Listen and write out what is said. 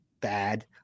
bad